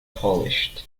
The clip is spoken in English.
polished